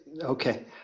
Okay